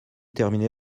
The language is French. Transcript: terminé